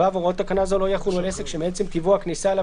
(ו) הוראות תקנה זו לא יחולו על עסק שמעצם טיבו הכניסה אליו